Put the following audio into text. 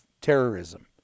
terrorism